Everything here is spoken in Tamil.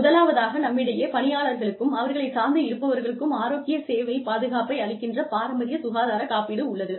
முதலாவதாக நம்மிடையே பணியாளர்களுக்கும் அவர்களைச் சார்ந்து இருப்பவர்களுக்கும் ஆரோக்கிய சேவை பாதுகாப்பை அளிக்கின்ற பாரம்பரிய சுகாதார காப்பீடு உள்ளது